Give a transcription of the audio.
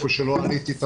היכן שלא עניתי,